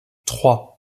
trois